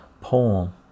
poem